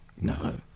No